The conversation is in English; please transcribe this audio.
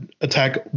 attack